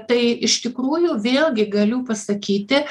tai iš tikrųjų vėlgi galiu pasakyti